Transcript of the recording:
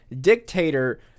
dictator